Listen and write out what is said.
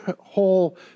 whole